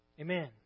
amen